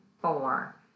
four